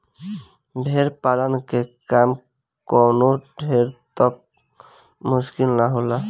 भेड़ पालन के काम कवनो ढेर त मुश्किल ना होला